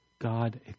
God